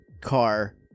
car